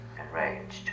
enraged